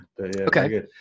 Okay